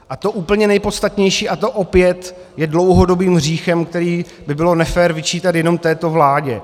A to úplně nejpodstatnější, a to je opět dlouhodobým hříchem, který by bylo nefér vyčítat jenom této vládě.